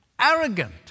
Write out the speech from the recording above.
arrogant